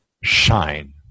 shine